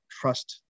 trust